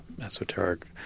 esoteric